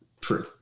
True